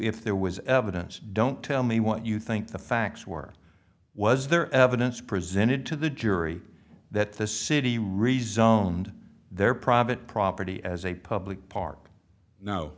if there was evidence don't tell me what you think the facts were was there evidence presented to the jury that the city rezoned their private property as a public park no